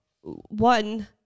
one